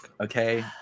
okay